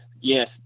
yes